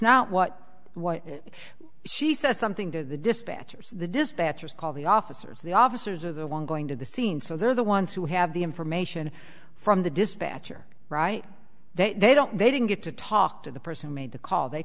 not what she says something to the dispatcher the dispatchers call the officers the officers are the one going to the scene so they're the ones who have the information from the dispatcher right there they don't they didn't get to talk to the person who made the call they